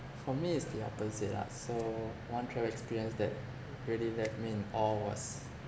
for me is the opposite lah so one travel experience that really left me in awe was